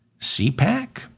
CPAC